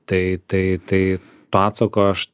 tai tai tai to atsako aš